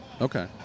Okay